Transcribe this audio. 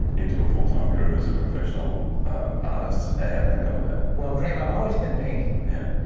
into a full time career as a professional artist. how did that come about? well graeme, i've always been painting, yeah.